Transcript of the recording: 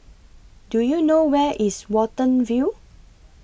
Do YOU know Where IS Watten View